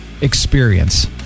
experience